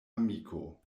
amiko